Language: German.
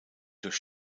durch